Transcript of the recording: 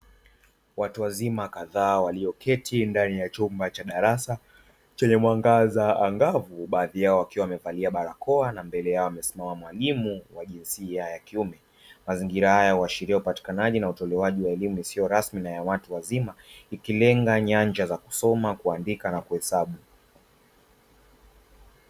Watu wazima kadhaa waliyoketi ndani ya chumba cha darasa chenye mwangaza angavu, baadhi yao wakiwa wamevalia barakoa na mbele yao amesimama mwalimu wa jinsia ya kiume. Mazingira haya huashiria upatikanaji na utolewaji wa elimu isiyo rasmi na ya watu wazima ikilenga nyanja za kusoma, kuandika na kuhesabu.